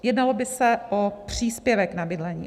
Jednalo by se o příspěvek na bydlení.